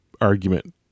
argument